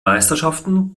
meisterschaften